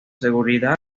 seguridad